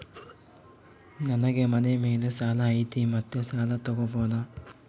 ನನಗೆ ಮನೆ ಮೇಲೆ ಸಾಲ ಐತಿ ಮತ್ತೆ ಸಾಲ ತಗಬೋದ?